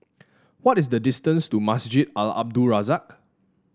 what is the distance to Masjid Al Abdul Razak